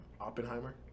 Oppenheimer